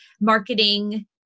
marketing